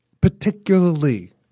particularly